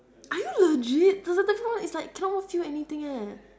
are you legit the cetaphil one is like cannot won't feel anything eh